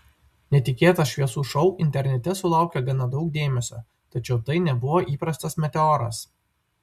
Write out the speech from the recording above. netikėtas šviesų šou internete sulaukė gana daug dėmesio tačiau tai nebuvo įprastas meteoras